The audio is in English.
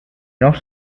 not